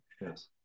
Yes